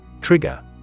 Trigger